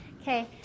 Okay